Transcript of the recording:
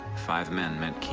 five men meant keaton